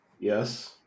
Yes